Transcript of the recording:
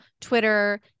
Twitter